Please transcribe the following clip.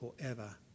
forever